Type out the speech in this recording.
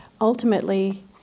ultimately